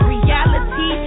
Reality